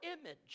image